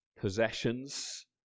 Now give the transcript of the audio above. possessions